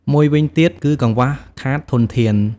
មួយវិញទៀត គឺ កង្វះខាតធនធាន។